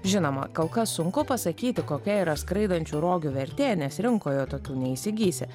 žinoma kol kas sunku pasakyti kokia yra skraidančių rogių vertė nes rinkoje tokių neįsigysi